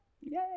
yay